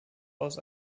aus